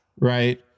right